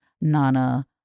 Nana